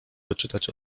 wyczytać